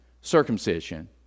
circumcision